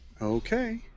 Okay